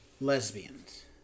lesbians